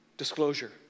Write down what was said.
disclosure